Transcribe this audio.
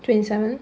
twenty seven